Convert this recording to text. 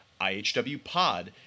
IHWPod